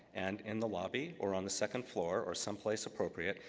and, in the lobby or on the second floor, or someplace appropriate,